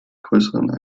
größeren